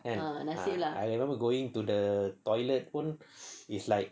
kan ah I remember going to the toilet pun it's like